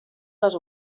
les